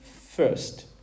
first